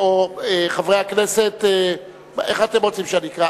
איך אתם רוצים שאני אקרא?